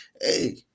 hey